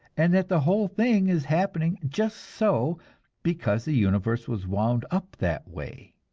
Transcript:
and that the whole thing is happening just so because the universe was wound up that way.